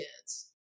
kids